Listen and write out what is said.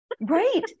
Right